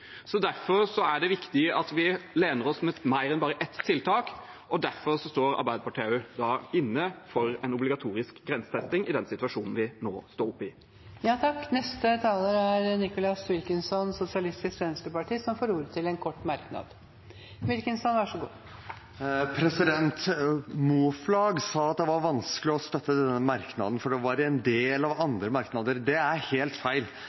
er det viktig at vi lener oss mot mer enn bare ett tiltak, og derfor står Arbeiderpartiet inne for en obligatorisk grensetesting i den situasjonen vi nå står oppe i. Representanten Nicholas Wilkinson har hatt ordet to ganger tidligere og får ordet til en kort merknad, begrenset til 1 minutt. Moflag sa at det var vanskelig å støtte denne merknaden fordi den var en del av andre merknader. Det er helt feil.